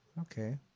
Okay